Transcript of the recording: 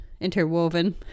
interwoven